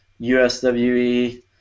USWE